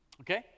Okay